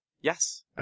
Yes